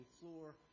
floor